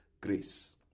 grace